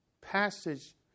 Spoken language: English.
passage